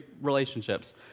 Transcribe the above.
relationships